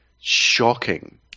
shocking